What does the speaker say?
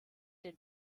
den